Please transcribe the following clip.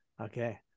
Okay